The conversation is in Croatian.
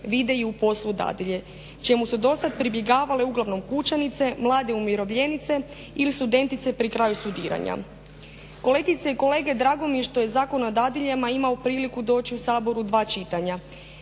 vide i u poslu dadilje čemu su dosad pribjegavale uglavnom kućanice, mlade umirovljenice ili studentice pri kraju studiranja. Kolegice i kolege drago mi je što je Zakon o dadiljama imao priliku doći u Sabor u dva čitanja,